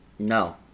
No